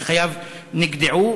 שחייו נגדעו,